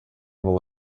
will